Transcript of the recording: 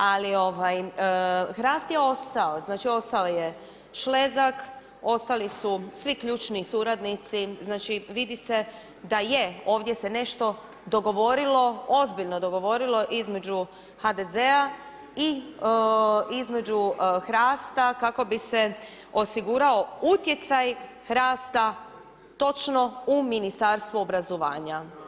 Ali ovaj HRAST je ostao, znači ostao je Šlezak, ostali su svi ključni suradnici, znači vidi se da je, ovdje se nešto dogovorilo, ozbiljno dogovorilo između HDZ-a i između HRAST-a kako bi se osigurao utjecaj HRAST-a točno u Ministarstvo obrazovanja.